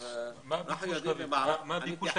מה הביקוש?